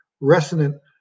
resonant